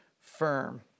firm